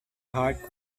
heart